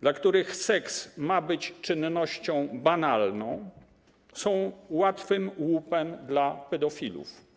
dla których seks ma być czynnością banalną, są łatwym łupem dla pedofilów.